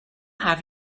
have